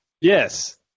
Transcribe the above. Yes